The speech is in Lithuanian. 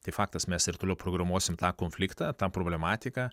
tai faktas mes ir toliau programuosim tą konfliktą tą problematiką